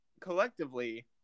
collectively